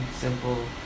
simple